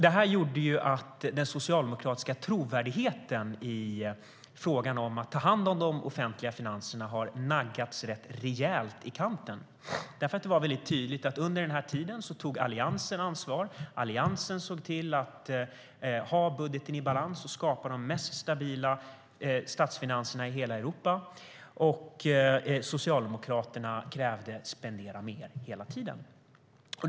Detta gjorde att den socialdemokratiska trovärdigheten i fråga om att ta hand om de offentliga finanserna har naggats rätt rejält i kanten. Det var väldigt tydligt att Alliansen under den här tiden tog ansvar och såg till att ha budgeten i balans och skapa de stabilaste statsfinanserna i hela Europa, och Socialdemokraterna krävde hela tiden att få spendera mer.